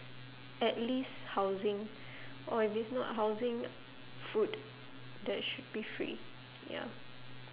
at least housing or if it's not housing food that should be free ya